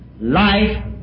life